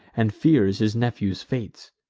and fears his nephew's fates.